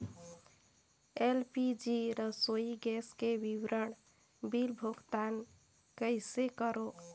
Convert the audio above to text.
LPG रसोई gas के विवरण बिल भुगतान कइसे करों?